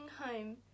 home